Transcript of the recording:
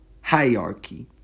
hierarchy